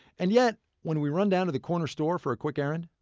and yet when we run down to the corner store for a quick errand,